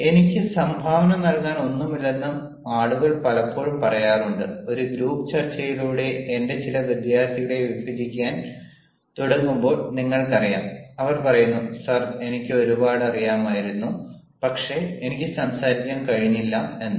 എനിക്ക് സംഭാവന നൽകാൻ ഒന്നുമില്ലെന്ന് ആളുകൾ പലപ്പോഴും പറയാറുണ്ട് ഒരു ഗ്രൂപ്പ് ചർച്ചയിലൂടെ എന്റെ ചില വിദ്യാർത്ഥികളെ വിഭജിക്കാൻ തുടങ്ങുമ്പോൾ നിങ്ങൾക്കറിയാം അവർ പറയുന്നു സർ എനിക്ക് ഒരുപാട് അറിയാമായിരുന്നു പക്ഷേ എനിക്ക് സംസാരിക്കാൻ കഴിഞ്ഞില്ല എന്ന്